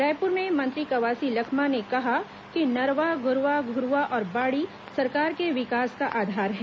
रायपुर में मंत्री कवासी लखमा ने कहा कि नरवा गरूवा घुरूवा और बाड़ी सरकार के विकास का आधार है